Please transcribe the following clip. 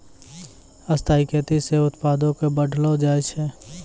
स्थाइ खेती से उत्पादो क बढ़लो जाय छै